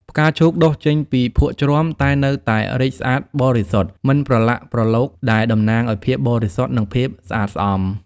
ផ្កាឈូកដុះចេញពីភក់ជ្រាំតែនៅតែរីកស្អាតបរិសុទ្ធ មិនប្រឡាក់ប្រឡូស ដែលតំណាងឱ្យភាពបរិសុទ្ធ និងភាពស្អាតស្អំ ។